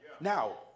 Now